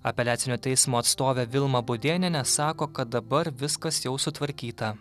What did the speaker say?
apeliacinio teismo atstovė vilma budėnienė sako kad dabar viskas jau sutvarkyta